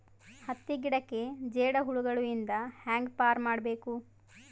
ಹತ್ತಿ ಗಿಡಕ್ಕೆ ಜೇಡ ಹುಳಗಳು ಇಂದ ಹ್ಯಾಂಗ್ ಪಾರ್ ಮಾಡಬೇಕು?